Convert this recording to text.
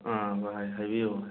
ꯑꯥ ꯚꯥꯏ ꯍꯥꯏꯕꯤꯌꯨ ꯚꯥꯏ